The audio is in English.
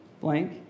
blank